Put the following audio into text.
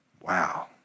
Wow